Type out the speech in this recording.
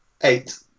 eight